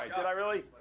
i really?